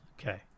Okay